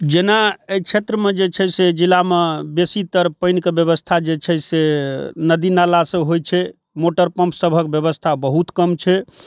जेना एहि क्षेत्रमे जे छै से जिलामे बेसीतर पाइन शके ब्यबस्था जे छै से नदी नाला से होइ छै मोटर पम्प सभक ब्यबस्था बहुत कम छै